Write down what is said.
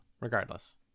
regardless